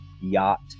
Yacht